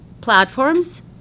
platforms